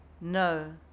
no